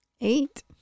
Eight